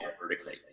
vertically